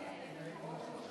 ענישה ודרכי